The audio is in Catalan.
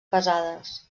pesades